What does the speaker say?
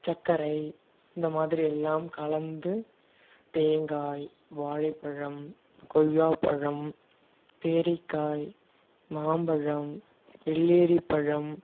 சர்க்கரை இந்தமாதிரி எல்லாம் கலந்து தேங்காய் வாழைப்பழம் கொய்யாப்பழம் பேரிக்காய் மாம்பழம் வெள்ளரிப்பழம்